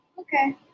Okay